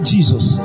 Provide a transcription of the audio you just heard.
Jesus